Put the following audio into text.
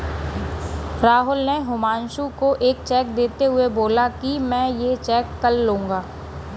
राहुल ने हुमांशु को एक चेक देते हुए बोला कि मैं ये चेक कल लूँगा